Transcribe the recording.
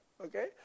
Okay